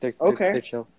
Okay